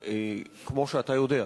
שכמו שאתה יודע,